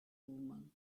woman